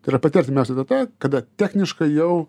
tai yra pati artimiausia data kada techniškai jau